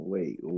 Wait